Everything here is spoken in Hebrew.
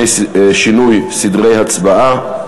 שינוי סדרי הצבעה).